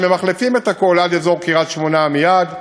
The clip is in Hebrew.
שממחלפים את הכול עד אזור קריית-שמונה עמיעד.